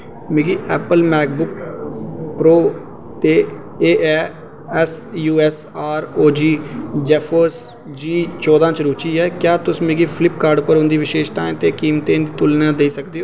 मिगी Apple MacBook Pro ते A S U S R O G Zephyrus G चौदां च रुचि ऐ क्या तुस मिगी फ्लिपकार्ट पर उं'दी विशेशताएं ते कीमतें दी तुलना देई सकदे ओ